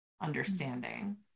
understanding